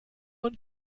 und